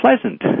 pleasant